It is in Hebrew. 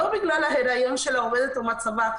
ולא בגלל ההיריון של העובדת או מצבה,